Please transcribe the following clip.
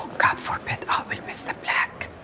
god forbid. ah we miss the black.